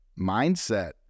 mindset